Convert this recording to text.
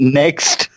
next